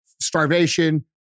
starvation